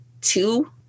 two